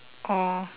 oh